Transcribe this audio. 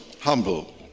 humble